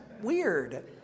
weird